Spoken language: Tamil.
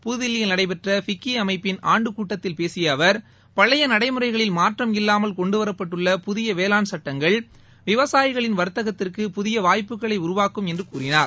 புத்தில்லியில் நடைபெற்ற ஃபிக்கி அமைப்பிள் ஆண்டு கூட்டத்தில் பேசிய அவர் பழைய நடைமுறைகளில் மாற்றம் இல்லாமல் கொண்டுவரப்பட்டுள்ள புதிய வேளாண் சுட்டங்கள் விவசாயிகளின் வர்த்தகத்திற்கு புதிய வாய்ப்புகளை உருவாக்கும் என்று கூறினார்